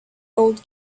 old